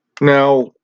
now